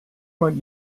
man